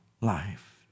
life